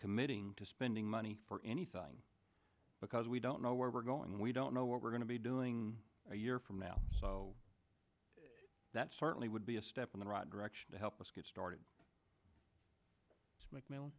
committing to spending money for anything because we don't know where we're going and we don't know what we're going to be doing a year from now so that certainly would be a step in the right direction to help us get started